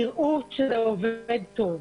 תראו שזה עובד טוב,